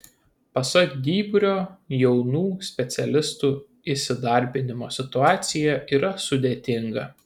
pasak dyburio jaunų specialistų įsidarbinimo situacija yra sudėtinga